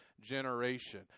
generation